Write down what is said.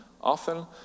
often